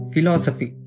Philosophy